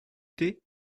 thé